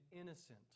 innocent